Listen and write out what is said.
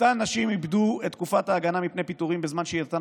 אותן נשים איבדו את תקופת ההגנה מפני פיטורים בזמן שהייתן